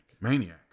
Maniac